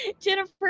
jennifer